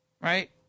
right